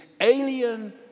alien